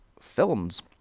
films